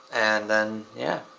and then, yeah,